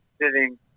sitting